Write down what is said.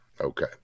Okay